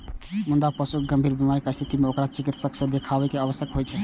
मुदा पशुक गंभीर बीमारीक स्थिति मे ओकरा चिकित्सक सं देखाएब आवश्यक होइ छै